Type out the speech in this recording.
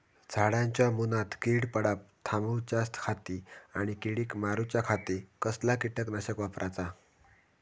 झाडांच्या मूनात कीड पडाप थामाउच्या खाती आणि किडीक मारूच्याखाती कसला किटकनाशक वापराचा?